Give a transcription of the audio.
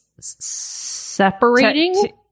separating